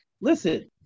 listen